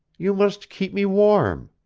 you must keep me warm.